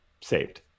saved